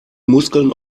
muskeln